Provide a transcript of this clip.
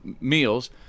meals